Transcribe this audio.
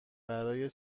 برای